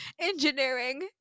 engineering